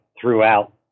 throughout